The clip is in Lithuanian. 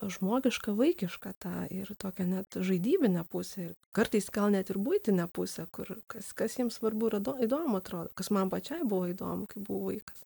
žmogišką vaikišką tą ir tokią net žaidybinę pusę ir kartais gal net ir buitinę pusę kur kas kas jiem svarbu įdomu atrodo kas man pačiai buvo įdomu kai buvau vaikas